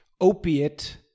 opiate